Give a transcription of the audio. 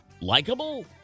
likable